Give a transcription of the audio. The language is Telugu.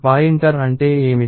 పాయింటర్ అంటే ఏమిటి